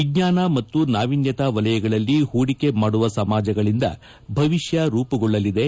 ವಿಜ್ವಾನ ಮತ್ತು ನಾವೀನ್ನತಾ ವಲಯಗಳಲ್ಲಿ ಹೂಡಿಕೆ ಮಾಡುವ ಸಮಾಜಗಳಿಂದ ಭವಿಷ್ಯ ರೂಪುಗೊಳ್ಳಲಿದೆ